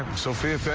um sofia,